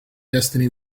destiny